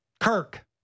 Kirk